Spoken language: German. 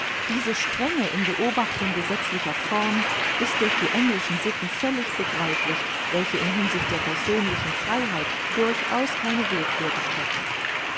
diese strenge in beobachtung gesetzlicher form ist durch die englischen sitten völlig begreiflich welche in hinsicht der persönlichen freiheit durchaus keine willkür gestatten